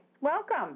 Welcome